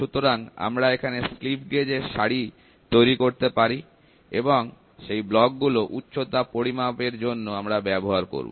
সুতরাং আমরা এখানে স্লিপ গেজ এর সারি তৈরি করতে পারি এবং সেই ব্লক গুলো উচ্চতা পরিমাপ এর জন্য আমরা ব্যবহার করব